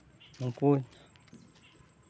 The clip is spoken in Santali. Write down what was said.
ᱩᱱᱠᱩ